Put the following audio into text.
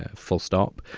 ah full stop.